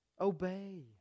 Obey